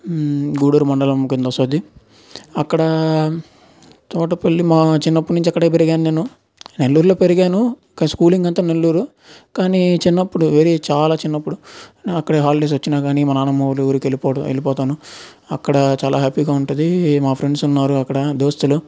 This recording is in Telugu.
గూడూరు మండలం కింద వస్తుంది అక్కడ తోటపల్లి మా చిన్నప్పటి నుంచి అక్కడే పెరిగాను నేను నెల్లూరులో పెరిగాను స్కూలింగ్ అంతా నెల్లూరు కానీ చిన్నప్పుడు వెరీ చాలా చిన్నప్పుడు అక్కడ హాలిడేస్ వచ్చినా కాని మా నానమ్మ ఊరికి వెళ్ళిపోవడం వెళ్ళిపోతాను అక్కడ చాలా హ్యాపీగా ఉంటుంది మా ఫ్రెండ్స్ ఉన్నారు అక్కడ దోస్తులు